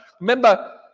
remember